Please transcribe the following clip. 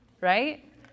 right